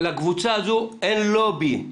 לקבוצה הזו אין לובי.